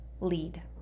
lead